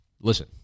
listen